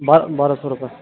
بارہ بارہ سو روپیے